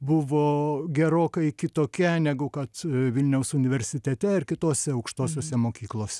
buvo gerokai kitokia negu kad vilniaus universitete ar kitose aukštosiose mokyklose